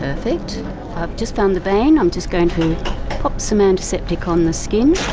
perfect just found the vein, i'm just going to pop some antiseptic on the skin.